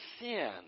sin